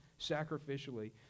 sacrificially